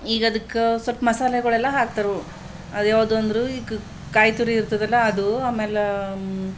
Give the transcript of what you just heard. ಈಗ ಅದಕ್ಕೆ ಸ್ವಲ್ಪ ಮಸಾಲೆಗಳೆಲ್ಲ ಹಾಕ್ತರು ಅದ್ಯಾವುದು ಅಂದ್ರೆ ಈಗ ಕಾಯಿ ತುರಿ ಇರ್ತದಲ್ಲ ಅದು ಆಮೇಲೆ